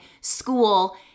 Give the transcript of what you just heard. school